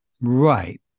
right